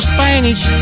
Spanish